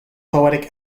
poetic